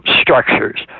structures